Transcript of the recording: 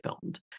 filmed